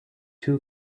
two